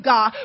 God